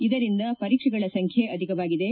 ಇದರಿಂದ ಪರೀಕ್ಷೆಗಳ ಸಂಖ್ಯೆ ಅಧಿಕವಾಗಿದೆ